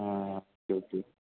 ആ okay okay